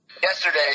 Yesterday